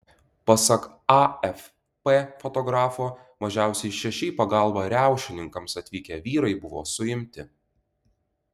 pasak afp fotografo mažiausiai šeši į pagalbą riaušininkams atvykę vyrai buvo suimti